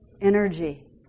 energy